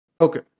Okay